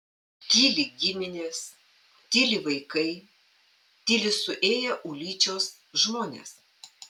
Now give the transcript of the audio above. tyli giminės tyli vaikai tyli suėję ulyčios žmonės